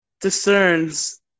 discerns